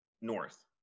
North